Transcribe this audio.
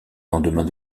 lendemain